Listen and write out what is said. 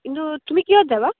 কিন্তু তুমি কিহত যাবা